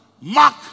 Mark